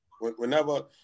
whenever